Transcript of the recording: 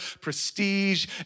prestige